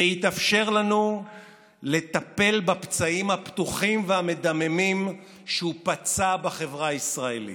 ויתאפשר לנו לטפל בפצעים הפתוחים והמדממים שהוא פצע בחברה הישראלית.